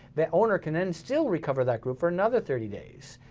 that owner can then still recover that group for another thirty days.